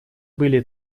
были